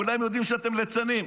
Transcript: כולם יודעים שאתם ליצנים.